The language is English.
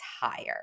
higher